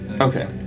Okay